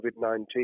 COVID-19